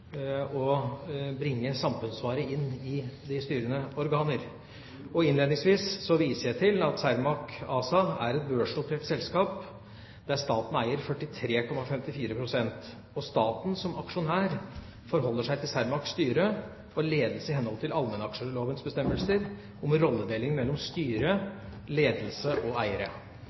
å bringe samfunnsansvaret inn i de styrende organer. Jeg viser til at Cermaq ASA er et børsnotert selskap der staten eier 43,54 pst. Staten som aksjonær forholder seg til Cermaqs styre og ledelse i henhold til allmennaksjelovens bestemmelser om rolledelingen mellom styre, ledelse og eiere.